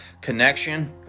connection